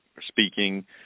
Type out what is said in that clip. speaking